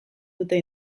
dute